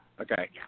Okay